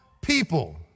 people